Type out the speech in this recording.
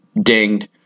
dinged